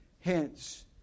hence